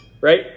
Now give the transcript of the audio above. right